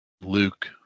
Luke